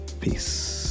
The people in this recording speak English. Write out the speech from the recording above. peace